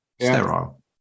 Sterile